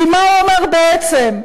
כי מה הוא אומר, בעצם?